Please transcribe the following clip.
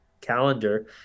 calendar